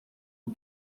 que